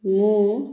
ମୁଁ